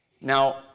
Now